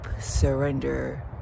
surrender